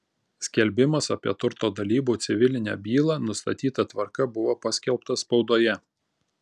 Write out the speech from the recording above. skelbimas apie turto dalybų civilinę bylą nustatyta tvarka buvo paskelbtas spaudoje